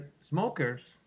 smokers